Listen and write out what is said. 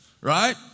right